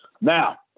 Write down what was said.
Now